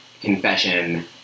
confession